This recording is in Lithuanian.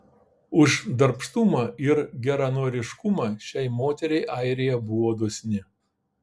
už darbštumą ir geranoriškumą šiai moteriai airija buvo dosni